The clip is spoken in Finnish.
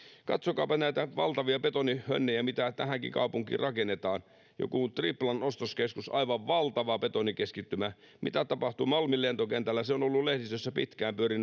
katsokaapa näitä valtavia betonihönnejä mitä tähänkin kaupunkiin rakennetaan joku triplan ostoskeskus aivan valtava betonikeskittymä mitä tapahtuu malmin lentokentällä se on ollut lehdistössä pitkään pyörinyt